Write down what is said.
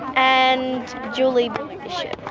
and julie bishop.